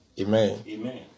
Amen